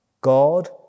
God